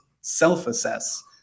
self-assess